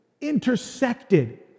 intersected